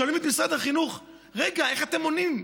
שואלים את משרד החינוך: רגע, איך אתם עונים?